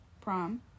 prom